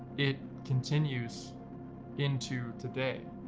it continues into today.